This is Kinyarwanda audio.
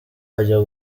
ajya